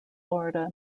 florida